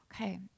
Okay